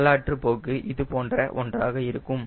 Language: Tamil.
வரலாற்றுப் போக்கு இதுபோன்ற ஒன்றாக இருக்கும்